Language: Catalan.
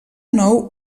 nou